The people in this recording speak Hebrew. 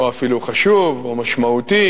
או אפילו חשוב או משמעותי,